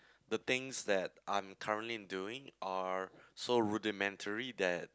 the things that I'm currently doing are so rudimentary that